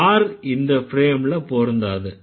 Car இந்த ஃப்ரேம்ல பொருந்தாது